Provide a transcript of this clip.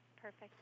Perfect